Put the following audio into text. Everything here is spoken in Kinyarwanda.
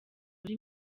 muri